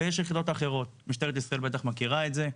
ויש יחידות אחרות, משטרת ישראל בטח מכירה את זה.